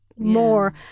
more